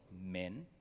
men